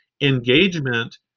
engagement